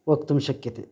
वक्तुं शक्यते